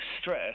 stress